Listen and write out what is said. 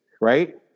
right